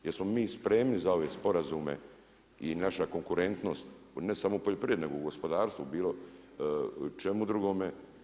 Jesmo li mi spremni za ove sporazume i naša konkurentnost i ne samo u poljoprivredi nego i u gospodarstvu, bilo čemu drugome?